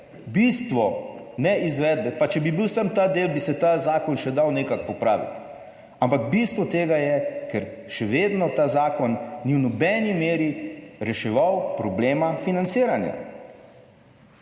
bistvo ne izvedbe, pa če bi bil samo ta del, bi se ta zakon še dal nekako popraviti ampak bistvo tega je, ker še vedno ta zakon ni v nobeni meri reševal problema financiranja.